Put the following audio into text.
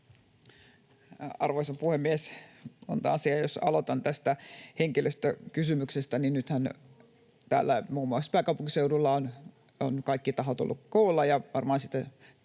Monta asiaa. Jos aloitan tästä henkilöstökysymyksestä, niin nythän muun muassa täällä pääkaupunkiseudulla ovat kaikki tahot olleet koolla ja varmaan sitä